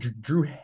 Drew